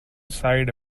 side